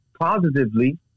positively